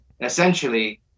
essentially